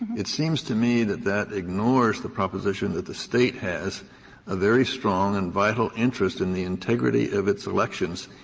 it seems to me that that ignores the proposition that the state has a very strong and vital interest in the integrity of its elections,